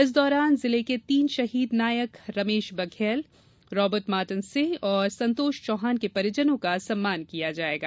इस दौरान जिले के तीन शहीद नायक रमेश बघेल राबर्ट मार्टिन सिंह और संतोष चौहान के परिजनों का सम्मान किया जायेगा